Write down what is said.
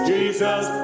Jesus